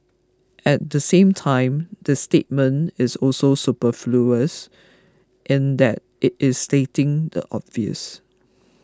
at the same time the statement is also superfluous in that it is stating the obvious